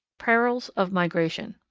perils of migration.